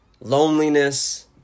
loneliness